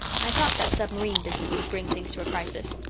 i thought that submarine business would bring things to a crisis.